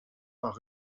par